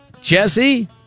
Jesse